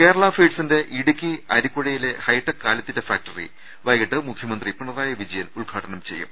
കേരളഫീഡ് സിന്റെ ഇടുക്കി അരിക്കു ഴ യിലെ ഹൈടെക് കാലിത്തീറ്റ ഫാക്ടറി വൈകിട്ട് മുഖ്യമന്ത്രി പിണറായി വിജയൻ ഉദ്ഘാടനം ചെയ്യും